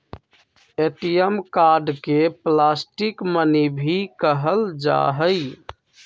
ATM card के plastic money भी कहल जाहई